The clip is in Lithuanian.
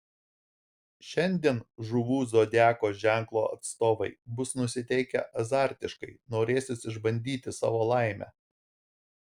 šiandien žuvų zodiako ženklo atstovai bus nusiteikę azartiškai norėsis išbandyti savo laimę